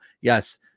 yes